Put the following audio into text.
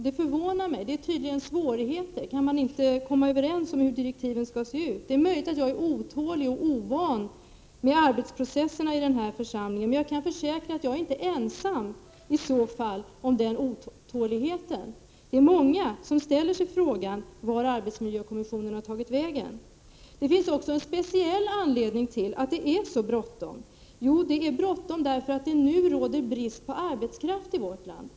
Det förvånar mig. Det är tydligen svårigheter att komma överens om hur direktiven skall utformas. Det är möjligt att jag är otålig och ovan med arbetsprocesserna i den här församlingen, men jag kan försäkra att jag i så fall inte är ensam om den otåligheten. Det är många som ställer sig frågan vart arbetsmiljökommissionen tagit vägen. Det finns också en speciell anledning till att det är så bråttom, nämligen att det råder brist på arbetskraft i vårt land.